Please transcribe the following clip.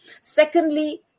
Secondly